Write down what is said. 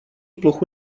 plochu